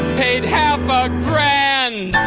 paid half a grand!